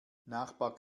nachbar